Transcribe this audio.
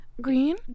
Green